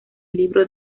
libro